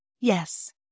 yes